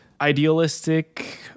idealistic